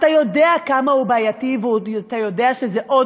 אתה יודע כמה הוא בעייתי ואתה יודע שזה עוד